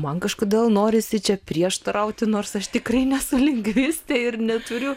man kažkodėl norisi čia prieštarauti nors aš tikrai nesu lingvistė ir neturiu